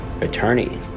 attorney